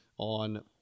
on